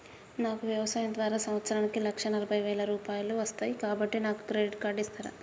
నాకు వ్యవసాయం ద్వారా సంవత్సరానికి లక్ష నలభై వేల రూపాయలు వస్తయ్, కాబట్టి నాకు క్రెడిట్ కార్డ్ ఇస్తరా?